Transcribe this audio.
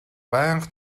байнга